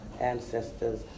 ancestors